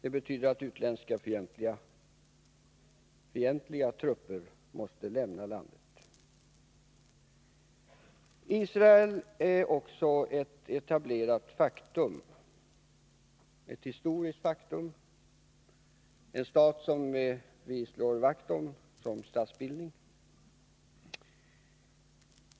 Det betyder att utländska fientliga trupper måste lämna landet. Israel är också ett etablerat faktum, ett historiskt faktum, en stat som vi slår vakt om som statsbildning.